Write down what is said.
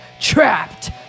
Trapped